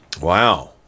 Wow